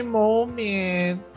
moment